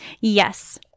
Yes